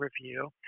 review